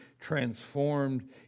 transformed